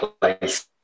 place